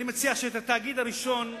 אני מציע שאת התאגיד הראשון,